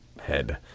head